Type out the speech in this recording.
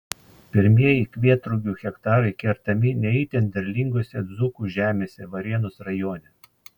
pirmieji kvietrugių hektarai kertami ne itin derlingose dzūkų žemėse varėnos rajone